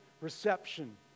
reception